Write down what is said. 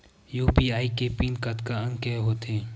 UPI के PIN कतका अंक के होथे?